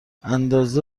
اندازه